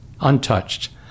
untouched